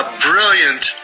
brilliant